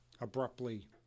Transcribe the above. abruptly